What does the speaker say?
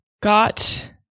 got